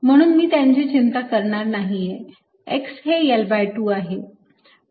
म्हणून मी त्यांची चिंता करणार नाहीये x हे L2 आहे